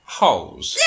holes